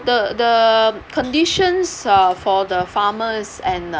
the the conditions uh for the farmers and